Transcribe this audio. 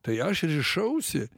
tai aš rišausi